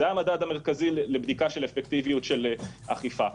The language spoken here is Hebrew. זה המדד המרכזי לבדיקה של אפקטיביות של אכיפה.